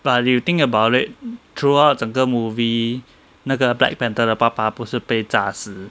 but if you think about it throughout 整个 movie 那个 black panther 的爸爸不是被炸死